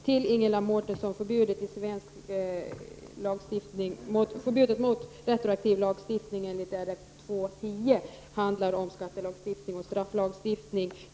Till Ingela Mårtensson: Förbudet mot retroaktiv lagstiftning i RF 2:10 gäller skattelagstiftning och strafflagstiftning.